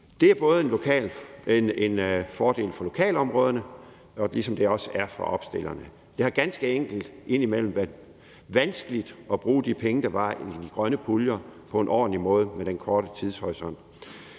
Det er en fordel for lokalområderne, ligesom det også er det for opstillerne. Det har ganske enkelt indimellem været vanskeligt at bruge de penge, der var i de grønne puljer, på en ordentlig måde med den korte tidshorisont.